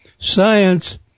Science